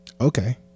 okay